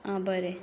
आं बरें